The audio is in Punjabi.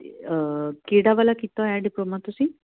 ਕਿਹੜਾ ਵਾਲਾ ਕੀਤਾ ਹੋਇਆ ਡਿਪਲੋਮਾ ਤੁਸੀਂ